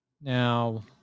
Now